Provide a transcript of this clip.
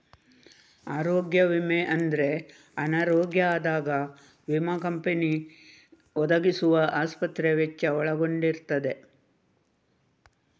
ಆರೋಗ್ಯ ವಿಮೆ ಅಂದ್ರೆ ಅನಾರೋಗ್ಯ ಆದಾಗ ವಿಮಾ ಕಂಪನಿ ಒದಗಿಸುವ ಆಸ್ಪತ್ರೆ ವೆಚ್ಚ ಒಳಗೊಂಡಿರ್ತದೆ